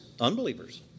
unbelievers